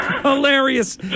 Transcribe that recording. Hilarious